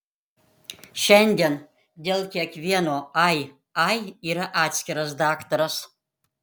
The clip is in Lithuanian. šiandien dėl kiekvieno ai ai yra atskiras daktaras